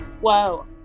Whoa